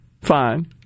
fine